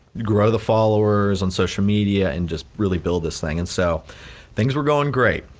grow the followers on social media and just really build this thing. and so things were going great,